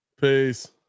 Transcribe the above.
Peace